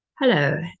Hello